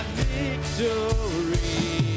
victory